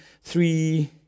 three